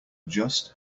just